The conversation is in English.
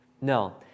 No